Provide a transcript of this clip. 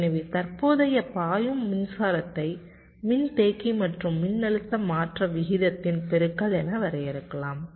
எனவே தற்போதைய பாயும் மின்சாரத்தை மின்தேக்கி மற்றும் மின்னழுத்த மாற்ற விகிதத்தின் பெருக்கல் என வரையறுக்கலாம்